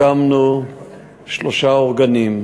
הקמנו שלושה אורגנים,